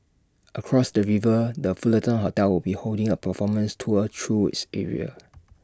across the river the Fullerton hotel will be holding A performance tour through its area